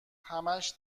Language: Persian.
همش